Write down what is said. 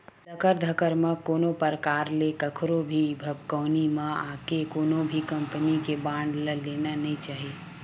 लकर धकर म कोनो परकार ले कखरो भी भभकउनी म आके कोनो भी कंपनी के बांड ल लेना नइ चाही